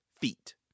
feet